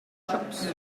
shops